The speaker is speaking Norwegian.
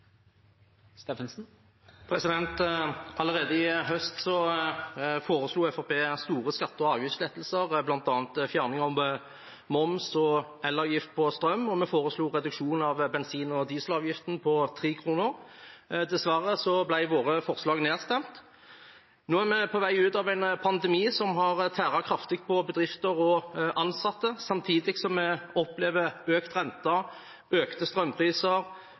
Allerede i høst foreslo Fremskrittspartiet store skatte- og avgiftslettelser, bl.a. fjerning av elavgift og moms på strøm, og vi foreslo reduksjon av bensin- og dieselavgiften på 3 kr. Dessverre ble våre forslag nedstemt. Nå er vi på vei ut av en pandemi som har tæret kraftig på bedrifter og ansatte, samtidig som vi opplever økt rente, økte strømpriser,